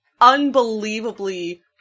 unbelievably